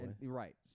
Right